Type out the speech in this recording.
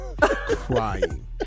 crying